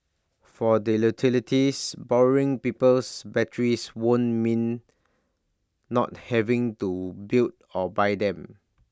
for the utilities borrowing people's batteries would mean not having to build or buy them